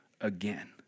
again